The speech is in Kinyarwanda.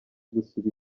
gusiba